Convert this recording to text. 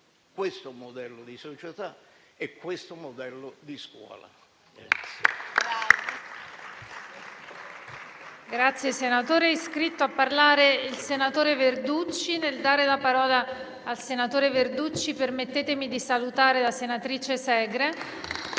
questo modello di società e questo modello di scuola.